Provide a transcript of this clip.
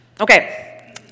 Okay